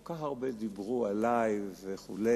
כל כך דיברו עלי וכו',